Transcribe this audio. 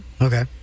Okay